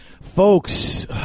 Folks